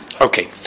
Okay